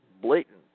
blatant